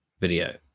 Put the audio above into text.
video